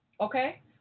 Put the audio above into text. Okay